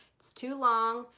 it's too long,